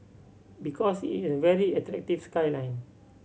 because it is a very attractive skyline